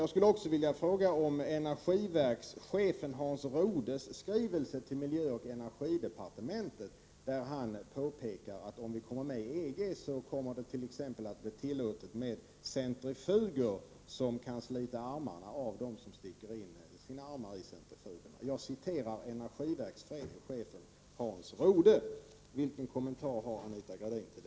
Jag skulle också vilja fråga om energiverkschefen Hans Rodes skrivelse till miljöoch energidepartementet, i vilken han påpekar att om vi går med i EG så kommer det t.ex. att bli tillåtet med centrifuger som kan slita armarna av den som sticker in dem i centrifugen. Detta är alltså ett uttalande av energiverkschefen Hans Rode. Hur kommenterar Anita Gradin detta?